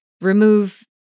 remove